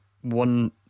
one